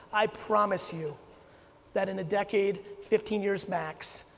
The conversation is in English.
i promise you that in a decade, fifteen years max,